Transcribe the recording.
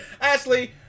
Ashley